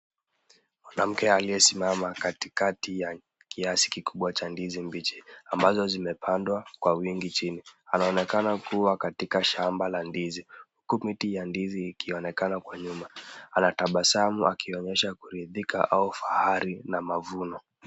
Mwanamke aliyesimama katikati ya kiasi kikubwa cha ndizi mbichi ambazo zimepandwa kwa wingi chini. Anaonekana kuwa katika shamba la ndizi huku miti ya ndizi ikionekana nyuma. Anatabasamu akionyesha kuridhika au fahari na mavuno.